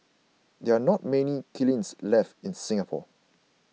there are not many kilns left in Singapore